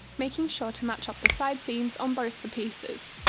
making sure to match up the side seams on both the pieces.